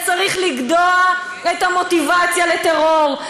צריך לגדוע את המוטיבציה לטרור.